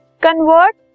convert